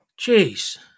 Jeez